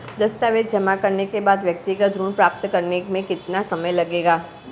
दस्तावेज़ जमा करने के बाद व्यक्तिगत ऋण प्राप्त करने में कितना समय लगेगा?